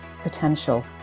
potential